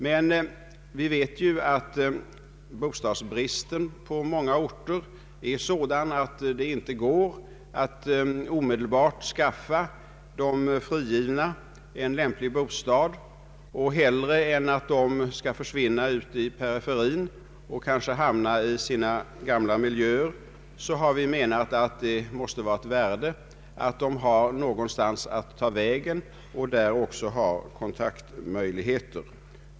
Vi vet emellertid att bostadsbristen på många orter är sådan att det inte går att omedelbart skaffa de frigivna en lämplig bostad, och hellre än att de skall försvinna ut i periferin och kanske hamna i sina gamla miljöer har vi menat att det måste vara av värde att de har någonstans att ta vägen, där det också finns kontaktmöjligheter.